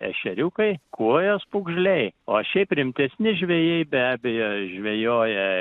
ešeriukai kuojos pūgžliai o šiaip rimtesni žvejai be abejo žvejoja